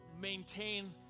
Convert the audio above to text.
maintain